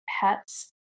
pets